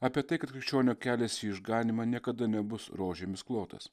apie tai kad krikščionio kelias į išganymą niekada nebus rožėmis klotas